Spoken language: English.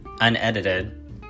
unedited